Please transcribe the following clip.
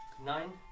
Nine